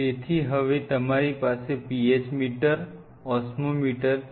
તેથી હવે તમારી પાસે PH મીટર ઓસ્મોમીટર છે